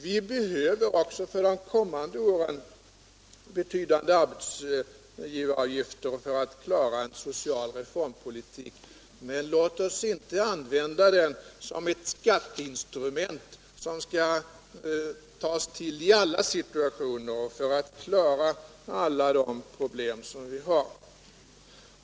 Vi behöver också för de kommande åren betydande arbetsgivaravgifter för att klara en social reformpolitik, men låt oss inte använda dem som ett skatteinstrument som skall tas till i alla situationer och för att klara alla de problem som vi har.